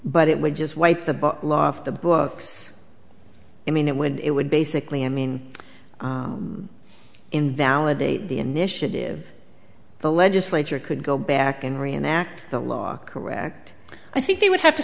but it would just wipe the book law off the books i mean it would it would basically i mean invalidate the initiative the legislature could go back and reenact the law correct i think they would have to